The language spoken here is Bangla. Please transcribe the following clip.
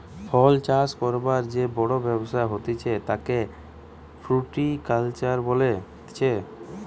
ফল চাষ করবার যে বড় ব্যবসা হতিছে তাকে ফ্রুটিকালচার বলতিছে